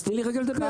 אז תני לי רגע לדבר.